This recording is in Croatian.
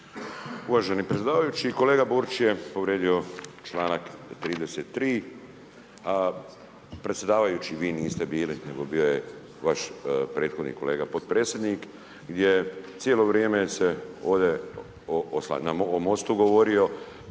Uvaženi predsjedavajući, kolega Borić je povrijedio članak 33. a predsjedavajući vi niste bili nego bio je vaš prethodni kolega potpredsjednik gdje cijelo vrijeme se ovdje oslanjao o